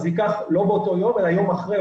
זה לא ייקח באותו יום אלא יום אחרי,